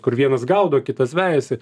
kur vienas gaudo kitas vejasi